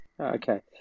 Okay